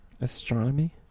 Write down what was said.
Astronomy